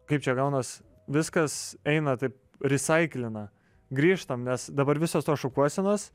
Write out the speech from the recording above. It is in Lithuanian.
kaip čia gaunas viskas eina taip risaiklina grįžtam nes dabar visos tos šukuosenos